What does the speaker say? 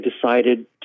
decided